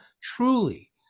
truly